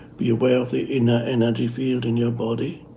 be aware of the inner energy field in your body.